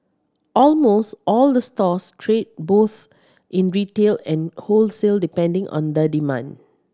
almost all the stores trade both in retail and wholesale depending on the demand